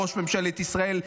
ראש ממשלת ישראל,